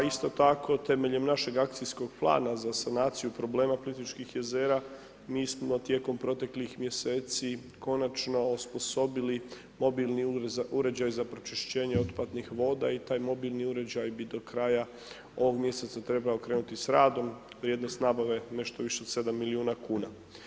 A isto tako temeljem našeg akcijskog plana za sanaciju problema Plitvičkih jezera mi smo tijekom proteklih mjeseci konačno osposobili mobilni uređaj za pročišćenje otpadnih voda i taj mobilni uređaj bi do kraja ovog mjeseca trebao krenuti sa radom, vrijednost nabave nešto više od 7 milijuna kuna.